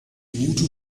voodoo